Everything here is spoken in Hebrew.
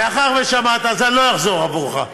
מאחר ששמעת, אני לא אחזור עבורך.